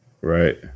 Right